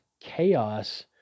chaos